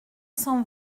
cent